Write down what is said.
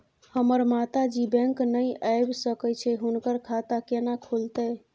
हमर माता जी बैंक नय ऐब सकै छै हुनकर खाता केना खूलतै?